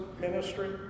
ministry